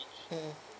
mm